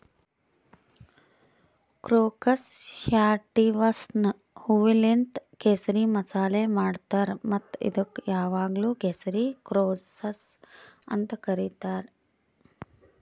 crocus ಸ್ಯಾಟಿವಸ್ನ ಹೂವೂಲಿಂತ್ ಕೇಸರಿ ಮಸಾಲೆ ಮಾಡ್ತಾರ್ ಮತ್ತ ಇದುಕ್ ಯಾವಾಗ್ಲೂ ಕೇಸರಿ ಕ್ರೋಕಸ್ ಅಂತ್ ಕರಿತಾರ್